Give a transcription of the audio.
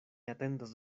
atendas